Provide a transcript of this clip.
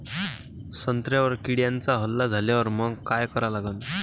संत्र्यावर किड्यांचा हल्ला झाल्यावर मंग काय करा लागन?